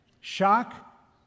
shock